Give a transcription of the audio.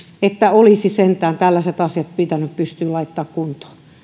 että olisi sentään tällaiset asiat pitänyt pystyä laittamaan kuntoon